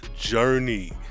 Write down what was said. journey